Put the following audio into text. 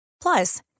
Plus